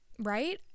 Right